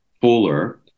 fuller